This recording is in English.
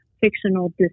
fictional